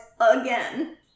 again